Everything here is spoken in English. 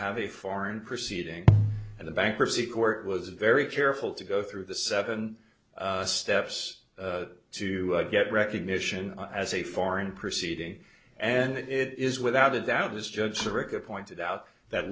have a foreign proceeding and the bankruptcy court was very careful to go through the seven steps to get recognition as a foreign proceeding and it is without a doubt this judge of record pointed out that